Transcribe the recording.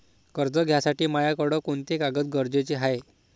कर्ज घ्यासाठी मायाकडं कोंते कागद गरजेचे हाय?